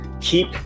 keep